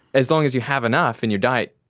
as long as you have enough in your diet,